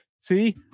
See